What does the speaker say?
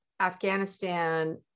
Afghanistan